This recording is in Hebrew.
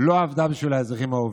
לא עבדה בשביל האזרחים העובדים.